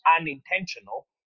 unintentional